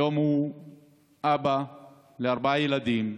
היום הוא אבא לארבעה ילדים,